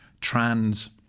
trans